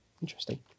Interesting